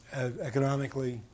economically